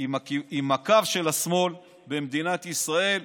עם הקו של השמאל במדינת ישראל,